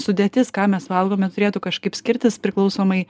sudėtis ką mes valgome turėtų kažkaip skirtis priklausomai